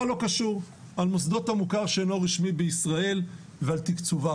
לא קשור על מוסדות המוכר שאינו רשמי בישראל ועל תקצובם,